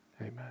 Amen